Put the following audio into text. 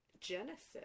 Genesis